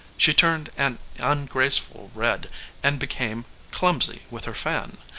she turned an ungraceful red and became clumsy with her fan.